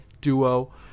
duo